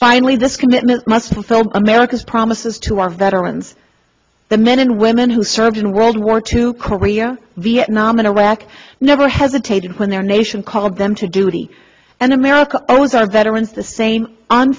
finally this commitment must fulfill america's promises to our veterans the men and women who served in world war two korea vietnam and iraq never hesitated when their nation called them to duty and america owes our veterans the same